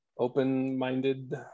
open-minded